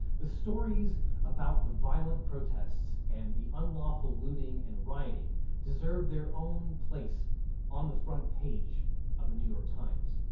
the stories about the violent protests and the unlawful looting and rioting deserve their own place on the front page of the new york times.